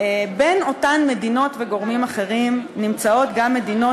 בין אותן מדינות וגורמים אחרים נמצאות גם מדינות